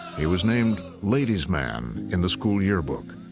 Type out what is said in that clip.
he was named ladies' man in the school yearbook.